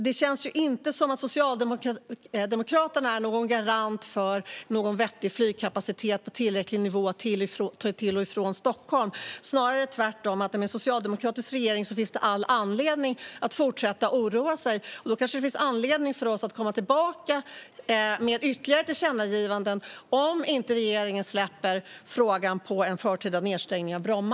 Det känns inte som att Socialdemokraterna är någon garant för någon vettig flygkapacitet på tillräcklig nivå till och från Stockholm. Det är snarare tvärtom. Med en socialdemokratisk regering finns det all anledning att fortsätta att oroa sig. Det finns kanske anledning för oss att komma tillbaka med ytterligare tillkännagivanden om inte regeringen släpper frågan om en förtida nedstängning av Bromma.